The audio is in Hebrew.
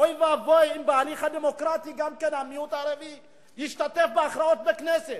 אוי ואבוי אם בהליך הדמוקרטי גם המיעוט הערבי ישתתף בהכרעות בכנסת,